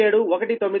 8719 p